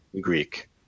Greek